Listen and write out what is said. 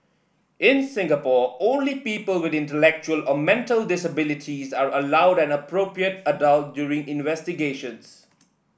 in Singapore only people with intellectual or mental disabilities are allowed an appropriate adult during investigations